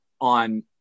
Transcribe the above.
on